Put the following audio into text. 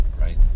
right